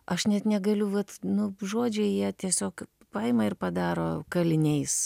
aš net negaliu vat nu žodžiai jie tiesiog paima ir padaro kaliniais